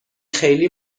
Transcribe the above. خیلی